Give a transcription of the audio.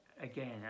Again